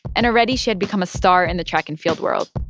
and already she had become a star in the track and field world.